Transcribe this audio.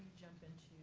jump into